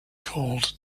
called